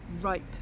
ripe